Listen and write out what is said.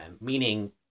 Meaning